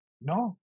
no